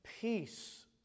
peace